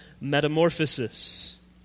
metamorphosis